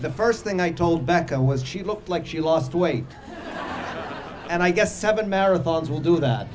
the first thing one told bacco was she looked like she lost weight and i guess seven marathons will do that